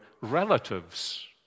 relatives